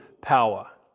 power